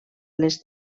les